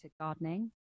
gardening